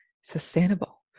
sustainable